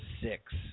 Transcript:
six